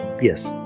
yes